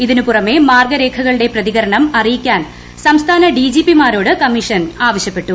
ഇതിന് പുറമേ മാർഗരേഖകളുടെ പ്രതികരണം അറിയിക്കാൻ സംസ്ഥാന ഡി ജി പി മാരോട് കമ്മീഷൻ ആവശ്യപ്പെട്ടു